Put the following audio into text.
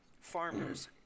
farmers